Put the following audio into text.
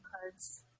cards